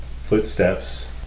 footsteps